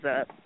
up